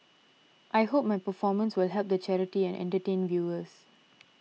I hope my performance will help the charity and entertain viewers